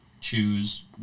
choose